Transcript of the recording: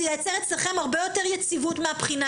זה יעשה אצלכם הרבה יותר יציבות מהבחינה